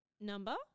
number